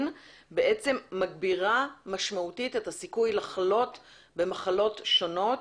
בעצם מגבירה משמעותית את הסיכוי לחלות במחלות שונות